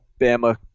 Bama